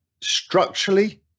structurally